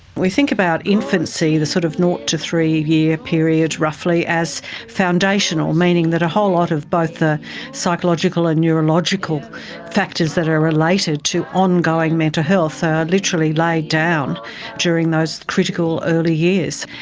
we think about infancy, the sort of nought to three year ah period roughly as foundational, meaning that a whole lot of both the psychological and neurological factors that are related to ongoing mental health are literally laid down during those critical early years.